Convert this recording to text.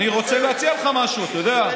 שנייה, אני רוצה להציע לך משהו, אתה יודע.